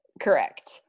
Correct